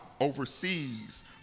overseas